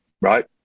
right